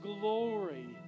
glory